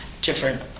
different